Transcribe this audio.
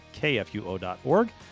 kfuo.org